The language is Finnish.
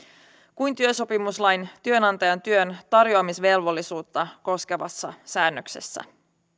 kuin työsopimuslain työnantajan työntarjoamisvelvollisuutta koskevassa säännöksessä